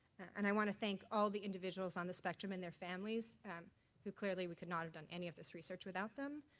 and i want to thank all the individuals on the spectrum and their families who clearly we could not have done any of this research without them,